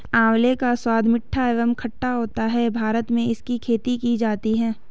आंवले का स्वाद मीठा एवं खट्टा होता है भारत में इसकी खेती की जाती है